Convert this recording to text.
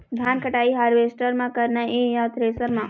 धान कटाई हारवेस्टर म करना ये या थ्रेसर म?